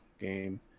game